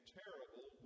terrible